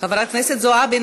חברת הכנסת זועבי,